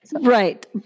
Right